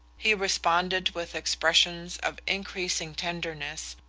he responded with expressions of increasing tenderness,